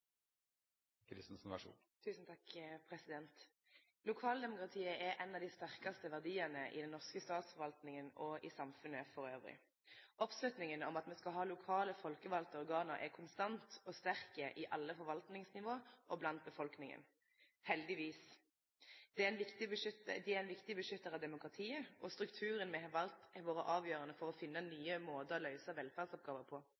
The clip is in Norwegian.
er dermed avsluttet. Lokaldemokratiet er ein av dei sterkaste verdiane i den norske statsforvaltninga og i samfunnet elles. Oppslutninga om at me skal ha lokale folkevalde organ, er konstant og sterk på alle forvaltningsnivå og blant befolkninga – heldigvis. Det er ein viktig beskyttar av demokratiet, og strukturen me har valt, har vore avgjerande for å finne nye måtar å løyse velferdsoppgåver på.